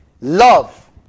love